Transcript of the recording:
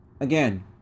again